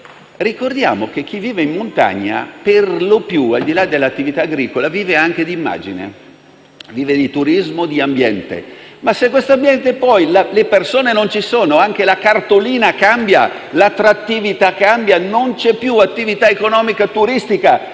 Ricordiamo che chi vive in montagna per lo più, al di là dell'attività agricola, vive anche di immagine, vive di turismo e di ambiente. Ma, se le persone non ci sono, anche la cartolina cambia, l'attrattività cambia; non c'è più attività economica e turistica.